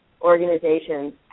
organizations